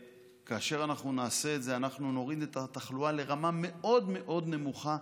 וכאשר אנחנו נעשה את זה אנחנו נוריד את התחלואה לרמה מאוד מאוד נמוכה,